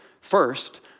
First